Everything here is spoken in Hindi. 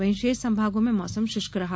वहीं शेष संभागों में मौसम शुष्क रहा